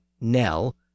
Nell